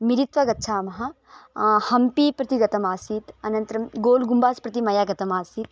मिलित्वा गच्छामः हम्पी प्रति गतमासीत् अनन्तरं गोल् गुम्बास् प्रति मया गतमासीत्